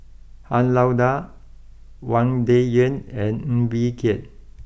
Han Lao Da Wang Dayuan and Ng Bee Kia